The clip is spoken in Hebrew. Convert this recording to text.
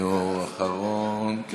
הוא אחרון?